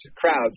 crowds